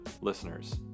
listeners